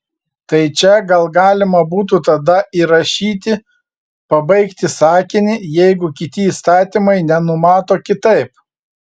tai čia gal galima būtų tada įrašyti pabaigti sakinį jeigu kiti įstatymai nenumato kitaip